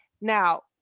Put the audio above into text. Now